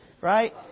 Right